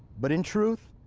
but, in truth,